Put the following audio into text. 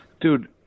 Dude